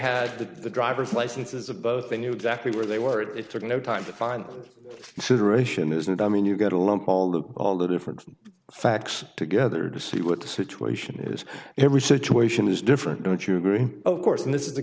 the the driver's licenses of both they knew exactly where they were it took no time to find and i mean you got to lump all the all the different facts together to see what the situation is every situation is different don't you agree of course and this is the